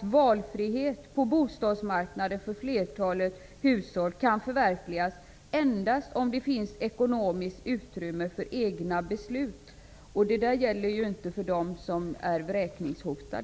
''valfrihet på bostadsmarknaden för flertalet hushåll kan förverkligas endast om det finns ekonomiskt utrymme för egna beslut''. Detta gäller inte dem som är vräkningshotade.